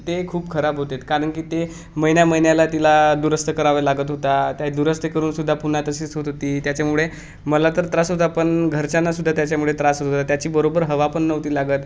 ते खूप खराब होते कारण की ते महिन्या महिन्याला तिला दुरुस्त कराव लागत होता त्या दुरुस्त करूनसुद्धा पुन्हा तशीच होत होती त्याच्यामुळे मला तर त्रास होता पण घरच्यांनासुद्धा त्याच्यामुळे त्रास होत होता त्याची बरोबर हवा पण नव्हती लागत